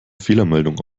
fehlermeldung